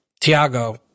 Tiago